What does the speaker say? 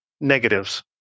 negatives